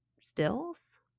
stills